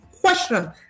question